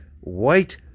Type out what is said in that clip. white